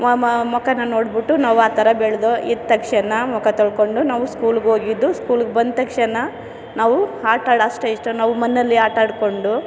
ಮ ಮ ಮುಖನ ನೋಡ್ಬಿಟ್ಟು ನಾವು ಆ ಥರ ಬೆಳ್ದೊ ಎದ್ದ ತಕ್ಷಣ ಮುಖ ತೊಳ್ಕೊಂಡು ನಾವು ಸ್ಕೂಲ್ಗೆ ಹೋಗಿದ್ದು ಸ್ಕೂಲ್ಗೆ ಬಂದು ತಕ್ಷಣ ನಾವು ಅಷ್ಟು ಇಷ್ಟ ನಾವು ಮನೇಲಿ ಆಟ ಆಡ್ಕೊಂಡು